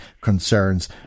concerns